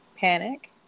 panic